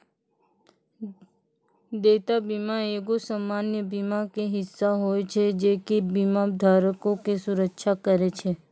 देयता बीमा एगो सामान्य बीमा के हिस्सा होय छै जे कि बीमा धारको के सुरक्षा करै छै